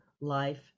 life